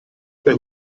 per